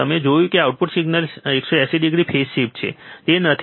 તમે જોયું કે આઉટપુટ ઇનપુટ સિગ્નલમાં 180 ડિગ્રી ફેઝ શિફ્ટ છે તે નથી